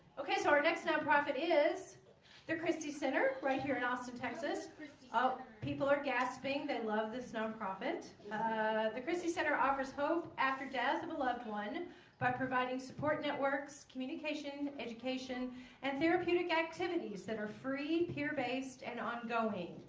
okay so our next nonprofit is their christie center right here in austin texas oh people are gasping they love this nonprofit the christie center offers hope after days of a loved one by providing support networks communication education and therapeutic activities that are free peer based and ongoing